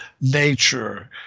nature